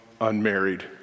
unmarried